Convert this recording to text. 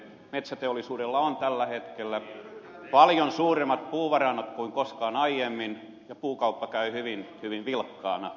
metsäteollisuudella on tällä hetkellä paljon suuremmat puuvarannot kuin koskaan aiemmin ja puukauppa käy hyvin hyvin vilkkaana